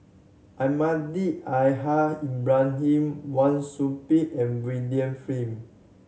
Almahdi Al Haj Ibrahim Wang Sui Pick and William Flint